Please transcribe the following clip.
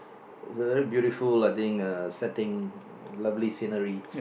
it's a very beautiful I think uh setting uh lovely scenery